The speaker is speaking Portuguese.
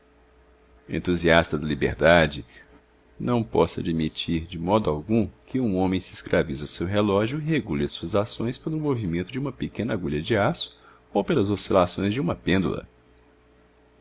entusiasta da liberdade não posso admitir de modo algum que um homem se escravize ao seu relógio e regule as suas ações pelo movimento de uma pequena agulha de aço ou pelas oscilações de uma pêndula